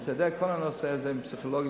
לסדר את כל הנושא הזה עם הפסיכולוגים,